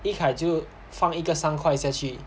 yikai 就放一个三块下去